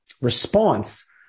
response